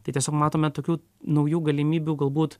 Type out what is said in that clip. tai tiesiog matome tokių naujų galimybių galbūt